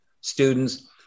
students